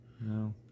No